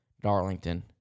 Darlington